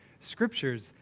scriptures